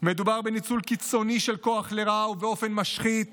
מדובר בניצול קיצוני של כוח לרעה ובאופן משחית